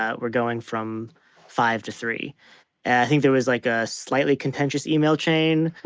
ah we're going from five to three i think there was like a slightly contentious email chain.